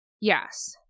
Yes